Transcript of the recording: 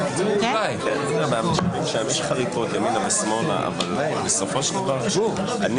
שביקשתי מהם לדבר סיפרו על